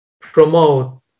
promote